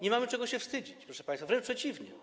Nie mamy czego się wstydzić, proszę państwa, wręcz przeciwnie.